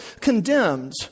condemned